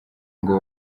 ngo